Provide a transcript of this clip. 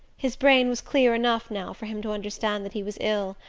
his brain was clear enough now for him to understand that he was ill,